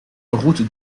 route